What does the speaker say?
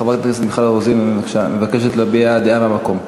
חברת הכנסת מיכל רוזין מבקשת להביע דעה מהמקום.